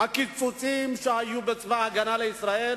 שהקיצוצים שהיו בצבא-הגנה לישראל